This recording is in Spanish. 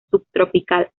subtropical